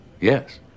Yes